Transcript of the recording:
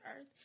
earth